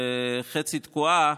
והחצי תקועה,